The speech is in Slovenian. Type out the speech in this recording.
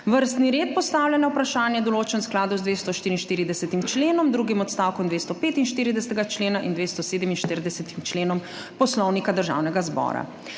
Vrstni red postavljenih vprašanj je določen v skladu z 244. členom, drugim odstavkom 245. člena in 247. členom Poslovnika Državnega zbora.